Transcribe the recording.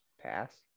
pass